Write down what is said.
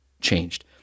changed